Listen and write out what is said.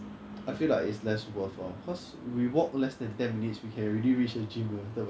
it's still going to go somewhere else [what] but if you succeed then is a lot better lah I mean I don't expect you to